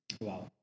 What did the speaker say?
Wow